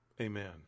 Amen